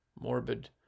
morbid